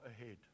ahead